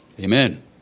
Amen